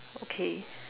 okay